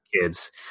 kids